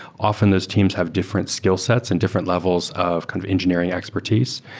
often, those teams have different skillsets and different levels of kind of engineering expertise.